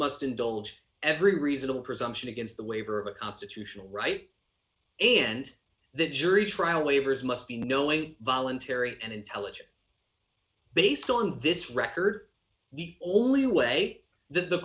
must indulge every reasonable presumption against the waiver of a constitutional right and the jury trial waivers must be knowingly voluntary and intelligent based on this record all the way th